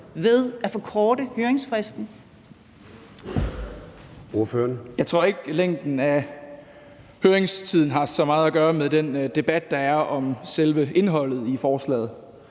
ved at forkorte høringsfristen?